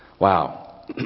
Wow